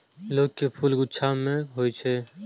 लौंग के फूल गुच्छा मे होइ छै